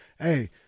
Hey